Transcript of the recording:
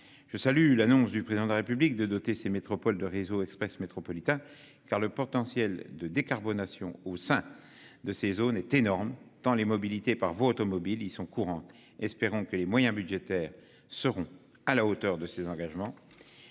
Je salue l'annonce du président de la République de doter ces métropoles de réseau Express métropolitain car le potentiel de décarbonation au sein de ces zones est énorme tant les mobilités par vous automobile ils sont courant. Espérons que les moyens budgétaires seront à la hauteur de ses engagements.